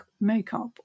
makeup